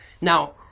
Now